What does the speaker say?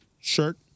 shirt